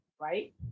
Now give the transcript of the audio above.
right